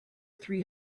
three